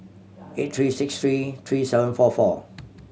eight three six three three seven four four